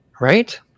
right